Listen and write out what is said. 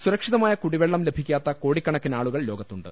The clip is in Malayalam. സുരക്ഷിതമായ കുടിവെള്ളം ലഭിക്കാത്ത കോടി ക്കണക്കിന് ആളുകൾ ലോകത്തുണ്ട്